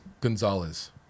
gonzalez